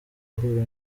guhura